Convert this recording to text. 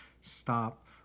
stop